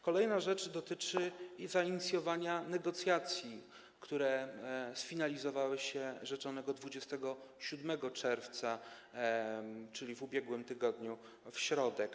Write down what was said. Kolejna rzecz dotyczy zainicjowania negocjacji, które sfinalizowały się rzeczonego 27 czerwca, czyli w ubiegłym tygodniu, w środę.